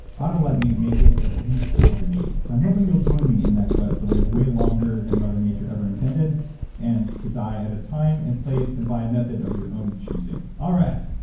ah to let me make it at least to one ah hundred and eighty. so i'm hoping you'll join me in that quest to live way longer than mother nature ever intended and to die at a time and place and by a method of your own choosing. all right.